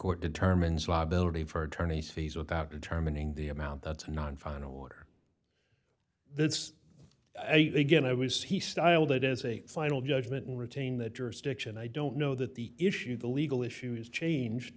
court determines liability for attorney's fees without determining the amount that's non final water then again i was he styled it as a final judgment and retain that jurisdiction i don't know that the issue the legal issues change